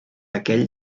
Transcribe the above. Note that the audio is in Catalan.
aquell